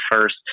first